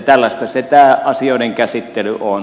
tällaista tämä asioiden käsittely on